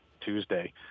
Tuesday